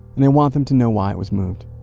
and i want them to know why it was moved.